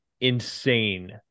insane